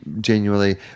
genuinely